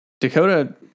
Dakota